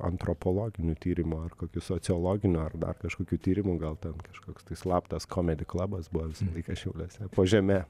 antropologinių tyrimų ar kokių sociologinių ar dar kažkokių tyrimų gal ten kažkoks slaptas komedi klabas buvo veikė šiauliuose po žeme